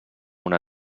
una